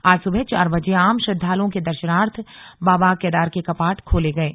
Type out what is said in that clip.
आज सुबह चार बजे आम श्रद्वालुओं के दर्शनार्थ बाबा केदार के कपाट खोले गये